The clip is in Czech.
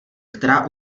která